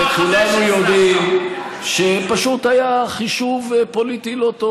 כולנו יודעים שפשוט היה חישוב פוליטי לא טוב.